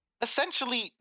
essentially